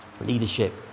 leadership